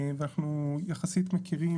אנחנו יחסית מכירים,